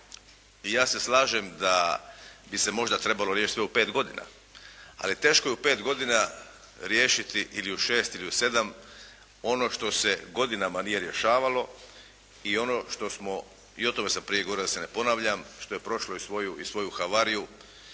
i ja se slažem da bi se možda trebalo riješiti sve u 5 godina. Ali teško je u 5 godina riješiti ili u 6 ili u 7 ono što se godinama nije rješavalo i ono što smo i o tome sam prije govorio da se ne ponavljam što je prošlo i svoju, i svoju